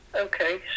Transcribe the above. Okay